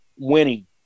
winning